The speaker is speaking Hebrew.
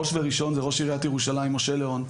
ראש וראשון זה ראש עיריית ירושלים משה ליאון.